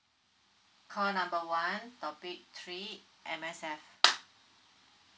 call number one topic three M_S_F